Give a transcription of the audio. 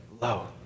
low